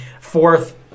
fourth